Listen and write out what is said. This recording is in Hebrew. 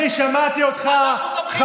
אני שמעתי אותך, אנחנו תומכים בעמדה שלכם.